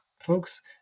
folks